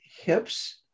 hips